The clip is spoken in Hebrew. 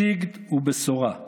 הסיגד הוא בשורה.